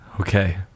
Okay